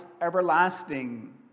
everlasting